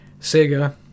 Sega